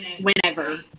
whenever